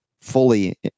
fully